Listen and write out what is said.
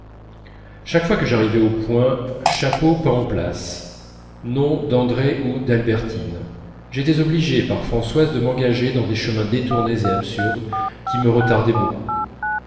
chaque fois que j'arrivais au point chapeau pas en place nom d'andrée ou d'albertine j'étais obligé par françoise de m'égarer dans des chemins détournés et absurdes qui me retardaient beaucoup